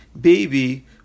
baby